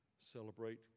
celebrate